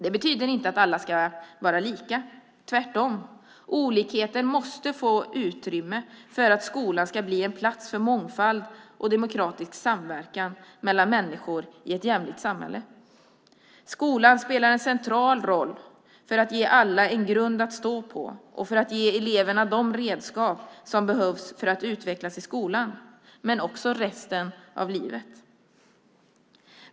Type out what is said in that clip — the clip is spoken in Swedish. Det betyder inte att alla ska vara lika. Tvärtom måste olikheterna få utrymme för att skolan ska bli en plats för mångfald och demokratisk samverkan mellan människor i ett jämlikt samhälle. Skolan spelar en central roll för att ge alla en grund att stå på och för att ge eleverna de redskap som behövs för att utvecklas i skolan men också under resten av livet.